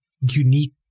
unique